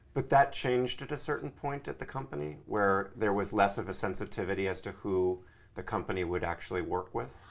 but that changed at a certain point at the company, where there was less of a sensitivity as to who the company would actually work with?